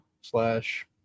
slash